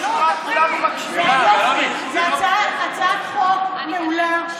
זאת הצעת חוק מעולה,